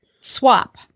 swap